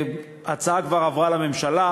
ההצעה כבר עברה לממשלה.